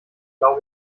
blau